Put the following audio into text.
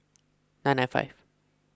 nine nine five